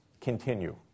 continue